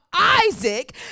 Isaac